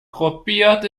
gruppiert